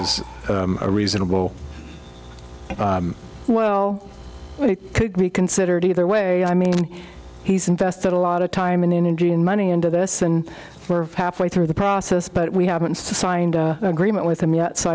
is a reasonable well but it could be considered either way i mean he's invested a lot of time and energy and money into this and we're halfway through the process but we haven't signed the agreement with him yet so